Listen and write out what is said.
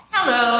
Hello